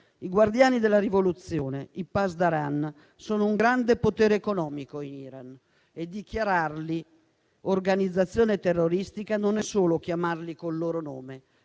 I guardiani della rivoluzione, i *pasdaran*, sono un grande potere economico in Iran e dichiararli organizzazione terroristica non è solo chiamarli con il loro nome,